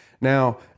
Now